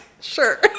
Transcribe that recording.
Sure